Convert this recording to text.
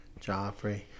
Joffrey